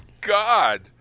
God